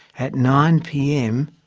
at nine pm,